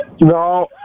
No